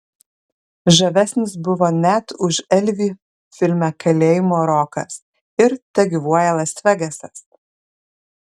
žavesnis buvo net už elvį filme kalėjimo rokas ir tegyvuoja las vegasas